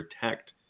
protect